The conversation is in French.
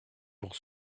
pour